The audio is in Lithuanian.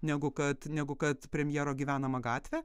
negu kad negu kad premjero gyvenamą gatvę